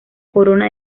corona